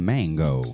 Mango